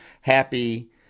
happy